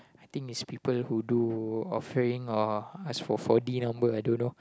I think is people who do offering or ask for four-D number I don't know